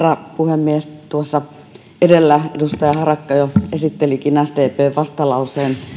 puhemies tuossa edellä edustaja harakka jo esittelikin sdpn vastalauseen